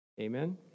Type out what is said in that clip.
Amen